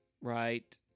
right